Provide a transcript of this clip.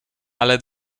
ale